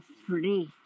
free